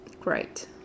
Great